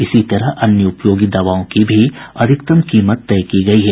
इसी तरह अन्य उपयोगी दवाओं की भी अधिकतम कीमत तय की गई है